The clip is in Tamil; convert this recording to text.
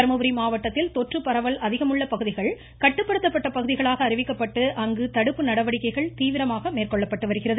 தர்மபுரி மாவட்டத்தில் தொற்று பரவல் அதிகமுள்ள பகுதிகள் கட்டுப்படுத்தப்பட்ட பகுதிகளாக அறிவிக்கப்பட்டு அங்கு தடுப்பு நடவடிக்கைகள் தீவிரமாக மேற்கொள்ளப்பட்டு வருகிறது